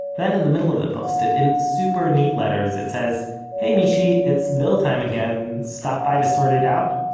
then in the middle of the post-it, in super neat letters, it says hey mishy, it's bill time again, stop by to sort it out?